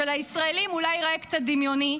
שלישראלים אולי ייראה קצת דמיוני,